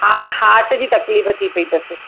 हा हाट जी तकलीफ़ थी पई थसि